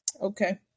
Okay